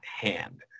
hand